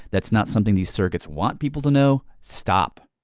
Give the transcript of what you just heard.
that's not something these surrogates want people to know. stop!